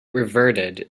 reverted